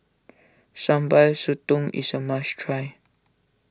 Sambal Sotong is a must try